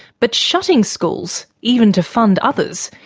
but shutting schools, even to fund others,